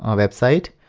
ah website.